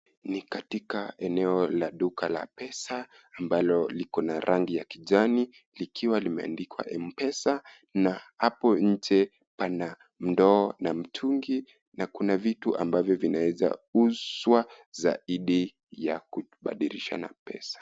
Ni katika eneo la duka la pesa, ambalo liko na rangi ya kijani, likiwa limeandikwa Mpesa na hapo nje pana ndoo na mtungi na kuna vitu ambavyo vinaweza uzwa, zaidi ya kubadilishana pesa.